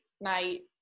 night